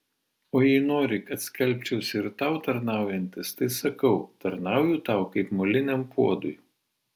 o jei nori kad skelbčiausi ir tau tarnaujantis tai sakau tarnauju tau kaip moliniam puodui